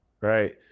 right